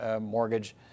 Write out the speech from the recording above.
mortgage